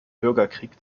bürgerkrieg